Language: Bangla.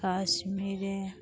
কাশ্মীরে